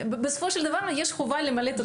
בסופו של דבר יש חובה למלא את הטופס.